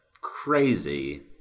crazy